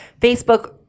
facebook